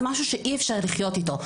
זה משהו שאי אפשר לחיות איתו.